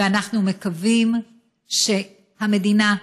ואנחנו מקווים שהמדינה,